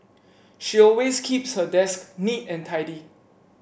she always keeps her desk neat and tidy